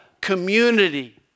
community